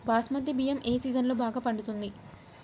బాస్మతి బియ్యం ఏ సీజన్లో బాగా పండుతుంది?